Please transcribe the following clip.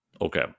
Okay